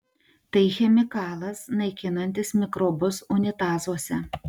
tai chemikalas naikinantis mikrobus unitazuose